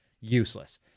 Useless